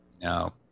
No